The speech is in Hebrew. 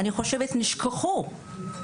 לדעתי נשכחו הגננות והסייעות,